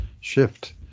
shift